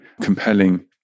compelling